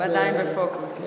עדיין בפוקוס,